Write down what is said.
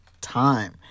time